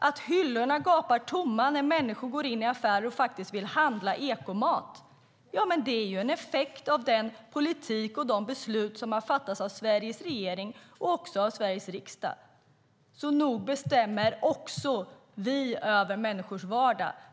Att hyllorna gapar tomma när människor går in i affärer och vill handla ekomat är en effekt av den politik som har förts och de beslut som har fattas av Sveriges regering och också av Sveriges riksdag, så nog bestämmer också vi över människors vardag.